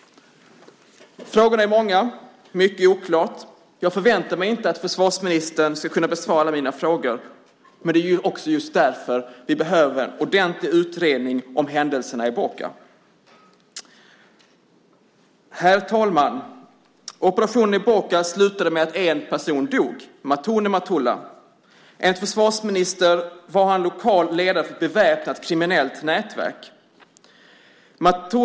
Frågorna är många, och mycket är oklart. Jag förväntar mig inte att försvarsministern ska kunna besvara alla mina frågor, men det är just därför vi behöver en ordentlig utredning om händelserna i Boka. Herr talman! Operationen i Boka slutade med att en person dog, Matou Nematullah. Enligt försvarsministern var han en lokal ledare för ett beväpnat kriminellt nätverk.